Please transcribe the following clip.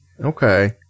okay